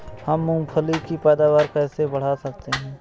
हम मूंगफली की पैदावार कैसे बढ़ा सकते हैं?